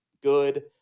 good